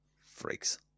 Freaks